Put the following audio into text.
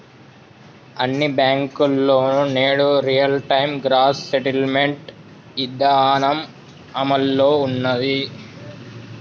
అన్ని బ్యేంకుల్లోనూ నేడు రియల్ టైం గ్రాస్ సెటిల్మెంట్ ఇదానం అమల్లో ఉన్నాది